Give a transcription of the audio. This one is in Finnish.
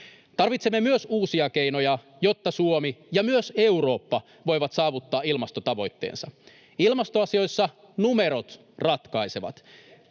Tarvitsemme myös uusia keinoja, jotta Suomi ja myös Eurooppa voivat saavuttaa ilmastotavoitteensa. Ilmastoasioissa numerot ratkaisevat.